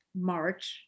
March